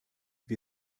wir